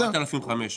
4,500 ₪ כן.